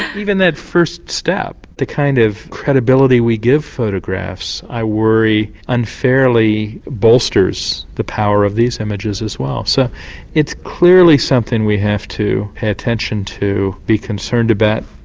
even that first step, the kind of credibility we give photographs, i worry unfairly bolsters the power of these images as well. so it's clearly something we have to pay attention to, be concerned about.